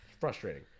frustrating